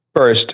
First